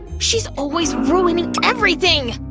she always ruins everything!